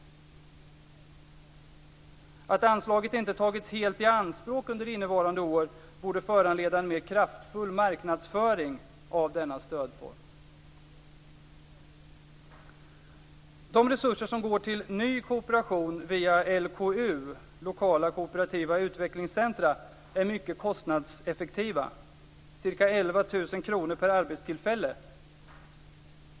Att anslaget inte helt tagits i anspråk under innevarande år borde föranleda en mer kraftfull marknadsföring av denna stödform. De resurser som går till ny kooperation via LKU, Lokala Kooperativa Utvecklingscentra, är mycket kostnadseffektiva, ca 11 000 kronor per arbetstillfälle.